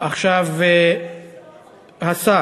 עכשיו השר.